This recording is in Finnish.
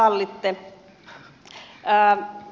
no vain muutamalla sanalla